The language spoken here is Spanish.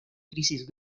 crisis